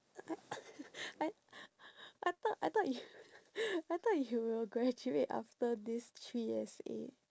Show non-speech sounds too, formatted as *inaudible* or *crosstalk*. I *noise* I *noise* I thought I thought you *noise* I thought you will graduate after this three essay